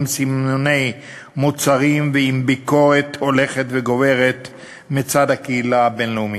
עם סימוני מוצרים ועם ביקורת הולכת וגוברת מצד הקהילה הבין-לאומית.